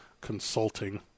Consulting